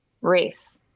race